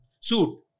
suit